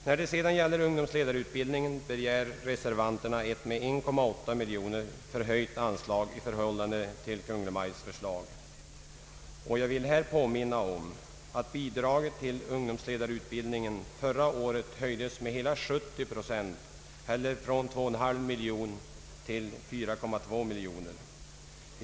När det sedan gäller ungdomsledarutbildningen begär reservanterna ett med 1,8 miljoner kronor i förhållande till Kungl. Maj:ts förslag höjt anslag. Jag vill här påminna om att bidraget till ungdomsledarutbildningen = förra året höjdes med hela 70 procent, eller från 2,5 miljoner kronor till 4,2 miljo ner kronor.